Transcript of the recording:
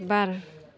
बार